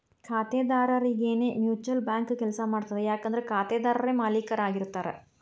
ಖಾತೆದಾರರರಿಗೆನೇ mutual bank ಕೆಲ್ಸ ಮಾಡ್ತದ ಯಾಕಂದ್ರ ಖಾತೆದಾರರೇ ಮಾಲೇಕರಾಗಿರ್ತಾರ